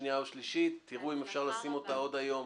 אני חושב שיש תמיכה מלאה